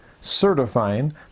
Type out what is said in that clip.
certifying